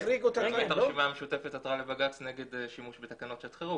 ובאמת הרשימה המשותפת עתרה לבג"צ נגד שימוש בתקנות שעת חירום.